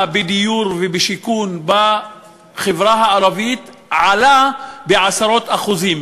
בדיור ובשיכון בחברה הערבית היה של עשרות אחוזים,